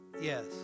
Yes